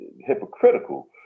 hypocritical